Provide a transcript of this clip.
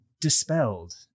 dispelled